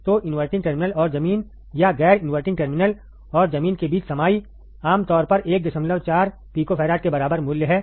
तो inverting terminal और जमीन या गैर इनवर्टिंग टर्मिनल और जमीन के बीच समाई आमतौर पर 14 picofarad के बराबर मूल्य है